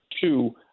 Two